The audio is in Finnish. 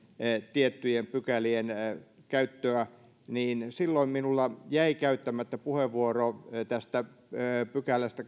tiettyjen pykälien käyttöä minulla jäi käyttämättä puheenvuoro tästä kahdeksannestakymmenennestäkahdeksannesta pykälästä